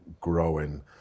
growing